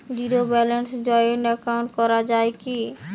Zero ব্যালেন্সে joint account করা য়ায় কি?